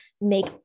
make